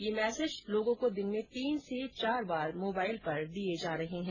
ये मैसेज लोगों को दिन में तीन से चार बार मोबाइल पर दिए जा रहे हैं